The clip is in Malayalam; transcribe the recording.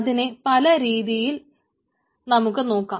അതിനെ പലരീതിയിൽ നമ്മൾക്ക് നോക്കാം